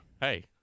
hey